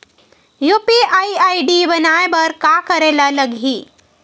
UPI ID बनाये बर का करे ल लगही?